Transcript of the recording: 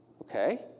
Okay